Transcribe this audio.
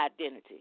identity